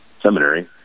seminary